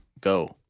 go